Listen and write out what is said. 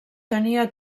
tenia